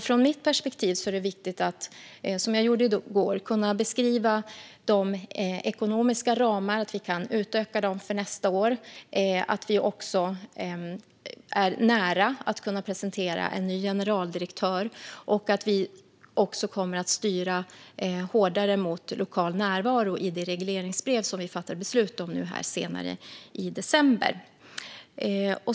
Från mitt perspektiv är det alltså viktigt att, som jag gjorde i går, beskriva de ekonomiska ramarna och att vi kan utöka dem för nästa år. Vi är också nära att kunna presentera en ny generaldirektör, och vi kommer att styra hårdare mot lokal närvaro i det regleringsbrev som vi fattar beslut om senare i december.